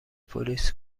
پلیس